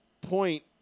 point